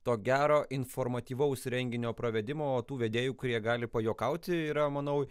to gero informatyvaus renginio pravedimo o tų vedėjų kurie gali pajuokauti yra manau